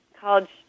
college